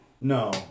no